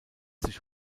sich